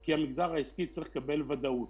כי המגזר העסקי צריך לקבל ודאות.